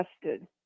tested